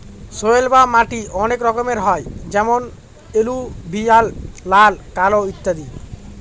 soil বা মাটি অনেক রকমের হয় যেমন এলুভিয়াল, লাল, কালো ইত্যাদি